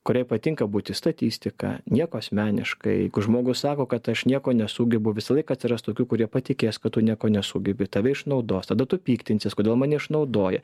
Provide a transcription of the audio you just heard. kuriai patinka būti statistika nieko asmeniškai jeigu žmogus sako kad aš nieko nesugebu visą laiką atsiras tokių kurie patikės kad tu nieko nesugebi tave išnaudos tada tu piktinsies kodėl mane išnaudoja